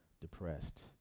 depressed